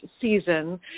season